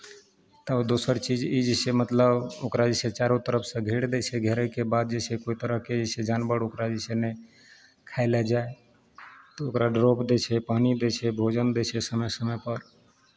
तब दोसर चीज ई जे छै मतलब ओकरा जे छै चारू तरफसँ घेर दै छै घेरयके बाद जे छै कोइ तरहके जे छै जानवर ओकरा जे छै नहि खाय लेल जाय तऽ ओकरा ड्रॉप दै छै पानि दै छै भोजन दै छै समय समयपर